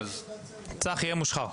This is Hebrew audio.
צח, יהיה מושחר.